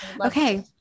okay